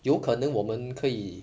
有可能我们可以